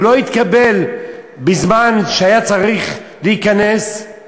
הוא לא התקבל בזמן שהיה צריך להיכנס,